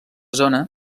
zona